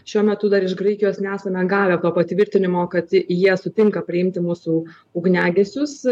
šiuo metu dar iš graikijos nesame gavę patvirtinimo kad jie sutinka priimti mūsų ugniagesius